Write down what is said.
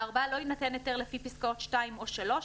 (4)לא יינתן היתר לפי פסקאות (2) או (3),